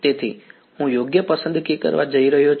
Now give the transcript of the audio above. તેથી હું યોગ્ય પસંદગી કરવા જઈ રહ્યો છું